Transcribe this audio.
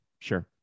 Sure